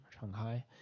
Shanghai